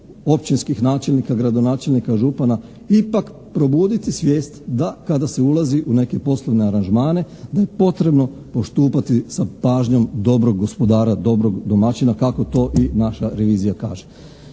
općinskih načelnika, gradonačelnika, župana ipak probuditi svijest da kada se ulazi u neke poslovne aranžmane da je potrebno postupati sa pažnjom dobrog gospodara, dobrog domaćina kako to i naša revizija kaže.